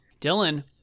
Dylan